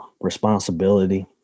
responsibility